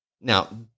Now